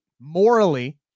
morally